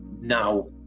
now